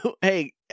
Hey